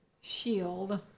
shield